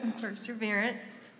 perseverance